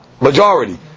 majority